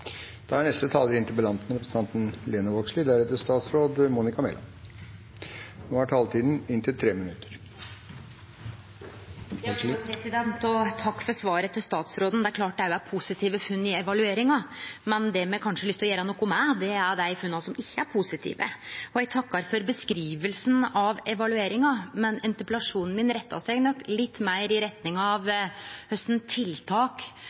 for svaret. Det er klart det òg er positive funn i evalueringa, men det me kanskje har lyst å gjere noko med, er dei funna som ikkje er positive. Eg takkar for beskrivinga av evalueringa, men interpellasjonen min rettar seg nok litt meir